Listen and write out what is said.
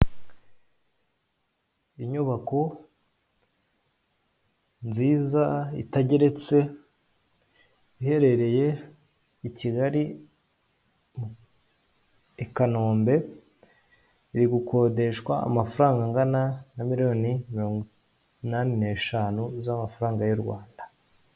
Inyubako nziza itageretse, iherereye i Kigali i Kanombe, riri gukodeshwa amafaranga angana na miliyoni mirongo inani neshanu z'amafaranga y'u Rwanda.